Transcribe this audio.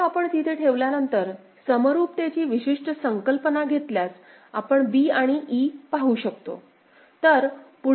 एकदा आपण तिथे ठेवल्यानंतर समरूपतेची विशिष्ट संकल्पना घेतल्यास आपण b आणि e पाहू शकतो